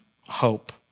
hope